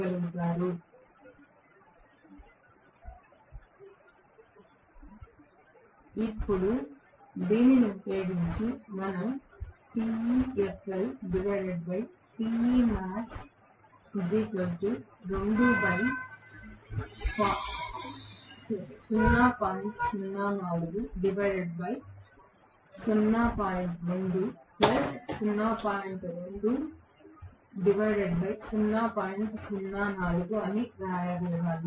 slide సమయం చూడండి 3140 ఇప్పుడు దీనిని ఉపయోగించి మనం వ్రాయగలగాలి